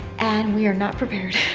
and we are not prepared.